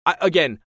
again